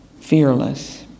fearless